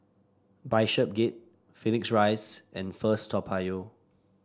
Bishopsgate Phoenix Rise and First Toa Payoh